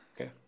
Okay